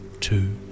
Two